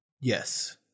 Yes